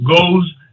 goes